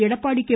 Edappadi K